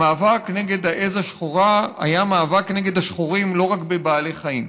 המאבק נגד העז השחורה היה מאבק נגד השחורים לא רק בבעלי חיים.